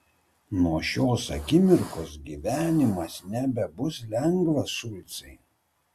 nuo šios akimirkos gyvenimas nebebus lengvas šulcai